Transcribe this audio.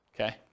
okay